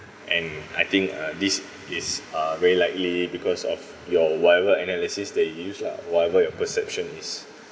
and I think uh this is uh very likely because of your whatever analysis they use lah whatever your perception is